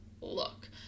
look